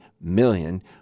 million